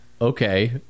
okay